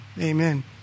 amen